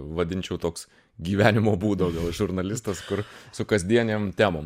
vadinčiau toks gyvenimo būdo gal žurnalistas kur su kasdienėm temom